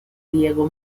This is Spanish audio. diego